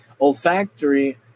olfactory